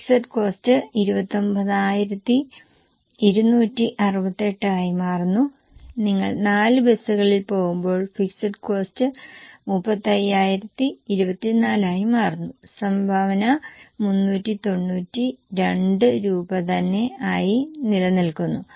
fixed cost 29268 ആയി മാറുന്നു നിങ്ങൾ 4 ബസുകളിൽ പോകുമ്പോൾ ഫിക്സഡ് കോസ്റ്റ് 35024 ആയി മാറുന്നു സംഭാവന 392 രൂപ തന്നെ ആയി നിലനിൽക്കുന്നു